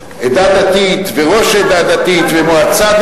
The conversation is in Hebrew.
ועדה דתית וראש עדה דתית, מועצה.